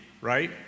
right